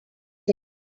him